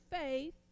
faith